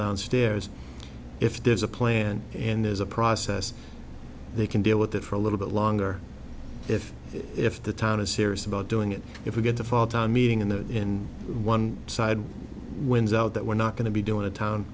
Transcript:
downstairs if there's a plan and there's a process they can deal with it for a little bit longer if if the town is serious about doing it if we get to fall town meeting in the in one side wins out that we're not going to be doing a town